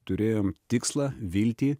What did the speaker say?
turėjom tikslą viltį